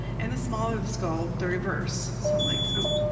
and the smaller the skull, the reverse. so i'm like, oh.